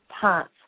parts